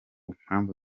mpamvu